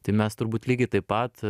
tai mes turbūt lygiai taip pat